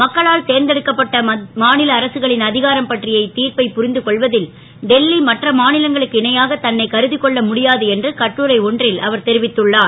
மக்களால் தேர்ந்தெடுக்கப்பட்ட மா ல அரசுகளின் அ காரம் பற்றிய இத்திர்ப்பை புரிந்து கொள்வ ல் டெல்லி மற்ற மா லங்களுக்கு இணையாகத் தன்னைக் கரு க்கொள்ள முடியாது என்று கட்டுரை ஒன்றில் அவர் தெரிவித்துள்ளார்